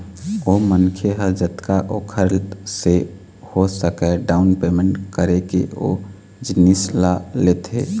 ओ मनखे ह जतका ओखर से हो सकय डाउन पैमेंट करके ओ जिनिस ल लेथे